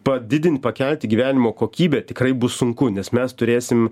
padidinti pakelti gyvenimo kokybę tikrai bus sunku nes mes turėsim